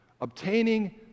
Obtaining